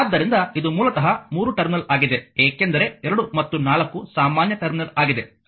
ಆದ್ದರಿಂದ ಇದು ಮೂಲತಃ 3 ಟರ್ಮಿನಲ್ ಆಗಿದೆ ಏಕೆಂದರೆ 2 ಮತ್ತು 4 ಸಾಮಾನ್ಯ ಟರ್ಮಿನಲ್ ಆಗಿದೆ